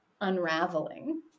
unraveling